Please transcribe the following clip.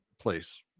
place